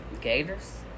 gators